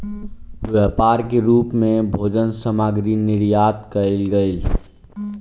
व्यापार के रूप मे भोजन सामग्री निर्यात कयल गेल